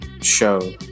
show